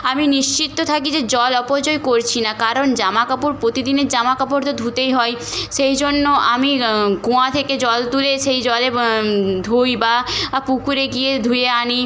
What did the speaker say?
আমি নিশ্চিত থাকি যে জল অপচয় করছি না কারণ জামা কাপড় প্রতি দিনের জামা কাপড় তো ধুতেই হয় সেই জন্য আমি কুয়া থেকে জল তুলে সেই জলে ধুই বা আ পুকুরে গিয়ে ধুয়ে আনি